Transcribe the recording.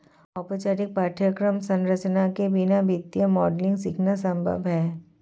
औपचारिक पाठ्यक्रम संरचना के बिना वित्तीय मॉडलिंग सीखना संभव हैं